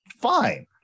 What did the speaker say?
fine